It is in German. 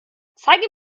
zeige